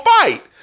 fight